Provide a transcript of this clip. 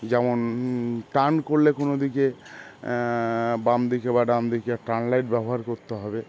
যেমন টার্ন করলে কোনও দিকে বাম দিকে বা ডান দিকে টার্নলাইট ব্যবহার করতে হবে